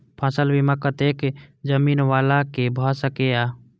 फसल बीमा कतेक जमीन वाला के भ सकेया?